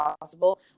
possible